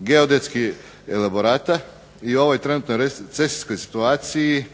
geodetskih elaborata i u ovoj trenutnoj recesijskoj situaciji